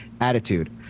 attitude